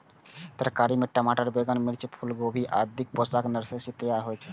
तरकारी मे टमाटर, बैंगन, मिर्च, फूलगोभी, आदिक पौधा नर्सरी मे तैयार होइ छै